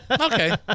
Okay